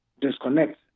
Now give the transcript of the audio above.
disconnect